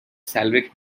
slavic